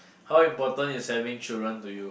how important is having children to you